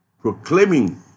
proclaiming